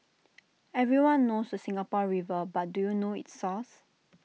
everyone knows the Singapore river but do you know its source